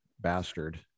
bastard